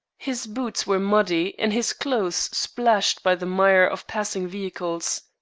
his boots were muddy and his clothes splashed by the mire of passing vehicles.